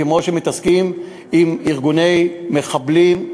כמו שמתעסקים עם ארגוני מחבלים,